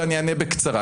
ואני אענה בקצרה.